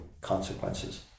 consequences